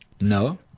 No